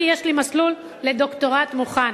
אני, יש לי מסלול לדוקטורט מוכן.